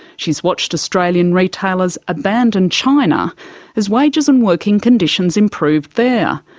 she's watched australian retailers abandon china as wages and working conditions improved there,